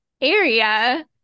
area